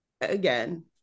Again